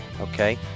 Okay